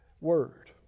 Word